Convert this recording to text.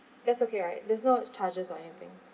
that's okay right there's no charges or anything